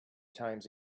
times